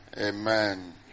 Amen